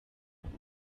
mwuka